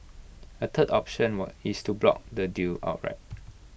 A third option what is to block the deal outright